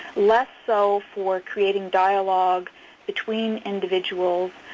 less so for creating dialogue between individuals